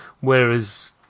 whereas